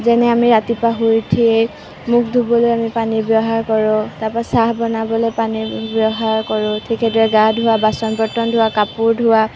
যেনে আমি ৰাতিপুৱা শুই উঠিয়েই মুখ ধুবলৈ আমি পানীৰ ব্যৱহাৰ কৰোঁ তাৰপৰা চাহ বনাবলৈ পানীৰ ব্যৱহাৰ কৰোঁ ঠিক সেইদৰে গা ধোৱা বাচন বৰ্তন ধোৱা কাপোৰ ধোৱা